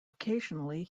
occasionally